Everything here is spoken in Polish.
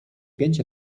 pięć